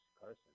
Carson